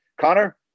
Connor